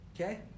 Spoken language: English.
Okay